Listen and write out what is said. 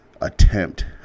attempt